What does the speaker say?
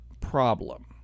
problem